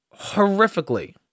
horrifically